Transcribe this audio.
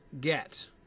get